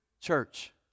church